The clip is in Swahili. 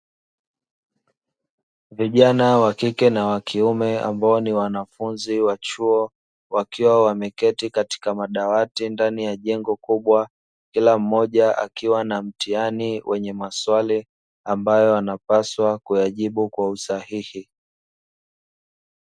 Vijana wa kike na wa kiume ambao ni wanafunzi wa chuo wakiwa wameketi katika madawati ndani ya jengo kubwa, kila mmoja akiwa na mtihani wenye maswali ambayo wanapaswa kuyajibu kwa usahihi.